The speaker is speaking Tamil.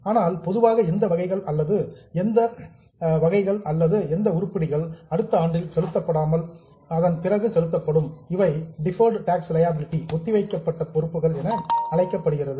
ஆனால் பொதுவாக எந்த வகைகள் அல்லது உருப்படிகள் அடுத்த ஆண்டில் செலுத்தப்படாமல் அதன் பிறகு செலுத்தப்படும் இவை டிஃபர்டு டாக்ஸ் லியாபிலிடி ஒத்திவைக்கப்பட்ட பொறுப்புகள் என அழைக்கப்படுகிறது